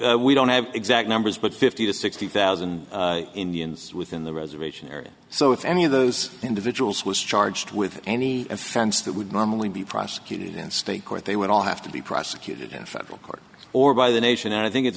be we don't have exact numbers but fifty to sixty thousand indians within the reservation area so if any of those individuals was charged with any offense that would normally be prosecuted in state court they would all have to be prosecuted in federal court or by the nation and i think it's